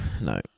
no